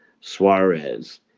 Suarez